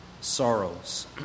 sorrows